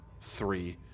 three